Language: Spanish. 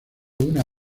una